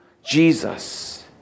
Jesus